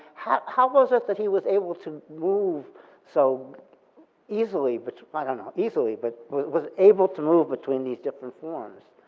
how how was it that he was able to move so easily, probably but like not easily, but was able to move between these different forms?